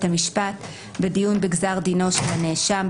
המשפט בדיון בעניין גזר דינו של הנאשם.